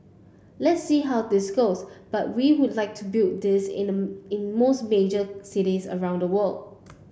let's see how this goes but we would like to build this in the in most major cities around the world